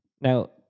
Now